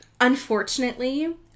Unfortunately